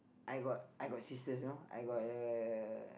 I got sisters you know I got the